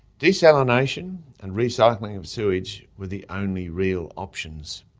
desalination and recycling of sewage were the only real options,